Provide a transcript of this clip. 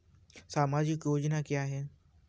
सामाजिक योजना क्या है?